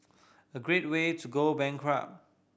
a great way to go bankrupt